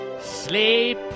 sleep